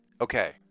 okay